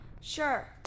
Sure